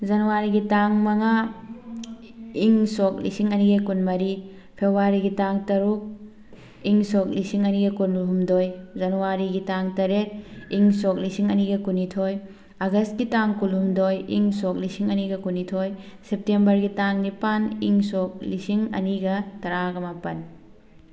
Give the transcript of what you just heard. ꯖꯅꯋꯥꯔꯤꯒꯤ ꯇꯥꯡ ꯃꯉꯥ ꯏꯪ ꯁꯣꯛ ꯂꯤꯁꯤꯡ ꯑꯅꯤꯒ ꯀꯨꯟ ꯃꯔꯤ ꯐꯦꯕꯋꯥꯔꯤꯒꯤ ꯇꯥꯡ ꯇꯔꯨꯛ ꯏꯪ ꯁꯣꯛ ꯂꯤꯁꯤꯡ ꯑꯅꯤꯒ ꯀꯨꯟꯍꯨꯝꯗꯣꯏ ꯖꯅꯋꯥꯔꯤꯒꯤ ꯇꯥꯡ ꯇꯔꯦꯠ ꯏꯪ ꯁꯣꯛ ꯂꯤꯁꯤꯡ ꯑꯅꯤꯒ ꯀꯨꯟꯅꯤꯊꯣꯏ ꯑꯥꯒꯁꯀꯤ ꯇꯥꯡ ꯀꯨꯟꯍꯨꯝꯗꯣꯏ ꯏꯪ ꯁꯣꯛ ꯂꯤꯁꯤꯡ ꯑꯅꯤꯒ ꯀꯨꯟꯅꯤꯊꯣꯏ ꯁꯦꯄꯇꯦꯝꯕꯔꯒꯤ ꯇꯥꯡ ꯅꯤꯄꯥꯟ ꯏꯪ ꯁꯣꯛ ꯂꯤꯁꯤꯡ ꯑꯅꯤꯒ ꯇꯔꯥꯒ ꯃꯥꯄꯟ